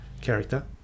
character